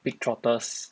pig trotters